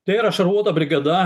tai yra šarvuota brigada